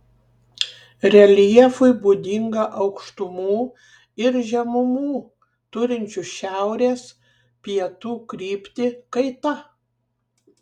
reljefui būdinga aukštumų ir žemumų turinčių šiaurės pietų kryptį kaita